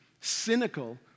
cynical